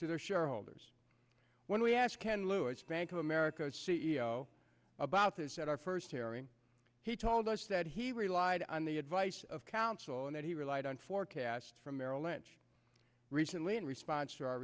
to their shareholders when we ask ken lewis bank of america c e o about this at our first airing he told us that he relied on the advice of counsel and that he relied on forecast from merrill lynch recently in response to our